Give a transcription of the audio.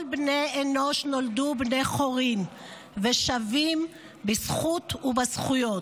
כל בני אנוש נולדו בני חורין ושווים בערך ובזכויות,